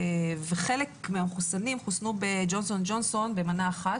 וחלק מהמחוסנים חוסנו בג'ונסון אנד ג'ונסון במנה אחת,